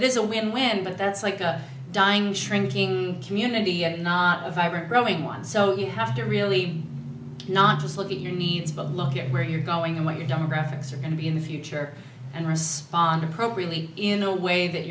this is a win win but that's like a dying shrinking community not a vibrant growing one so you have to really not just look at your needs but look at where you're going and what your demographics are going to be in the future and respond appropriately in a way that